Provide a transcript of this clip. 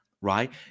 right